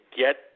get